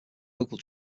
local